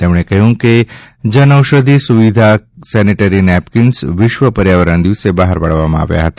તેમણે કહ્યું કે જનૌષધિ સુવિધા સેનીટરી નેપંકિન્સ વિશ્વ પર્યાવરણ દિવસે બહાર પાડવામાં આવ્યા હતા